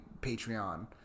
Patreon